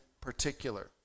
particular